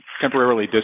temporarily